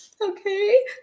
okay